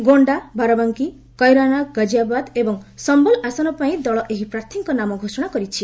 ଗୋଣ୍ଡା ବାରବାଙ୍କୀ କଇରାନା ଗାଜିଆବାଦ ଏବଂ ସମ୍ଭଲ ଆସନ ପାଇଁ ଦଳ ଏହି ପ୍ରାର୍ଥୀଙ୍କ ନାମ ଘୋଷଣା କରିଛି